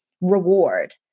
reward